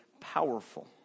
powerful